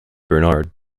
bernhard